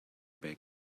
back